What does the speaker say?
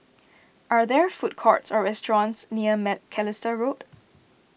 are there food courts or restaurants near Macalister Road